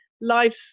life's